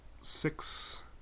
six